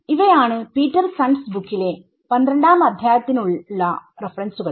ഇവയാണ് പീറ്റർസൺസ് ബുക്ക്Petersons bookലേ 12 ആം അദ്ധ്യായത്തിനയുള്ള റെഫെറെൻസുകൾ